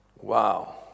Wow